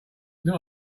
not